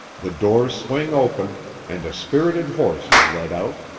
the doors swing open and a spirited horse is led out.